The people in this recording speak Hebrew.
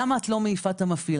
למה את לא מעיפה את המפעיל?